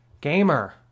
gamer